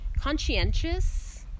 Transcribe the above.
conscientious